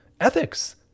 ethics